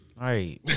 right